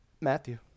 Matthew